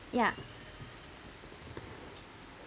ya